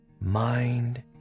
mind